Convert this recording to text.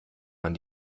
man